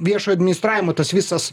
viešo administravimo tas visas